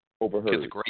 overheard